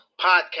podcast